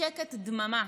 שקט, דממה.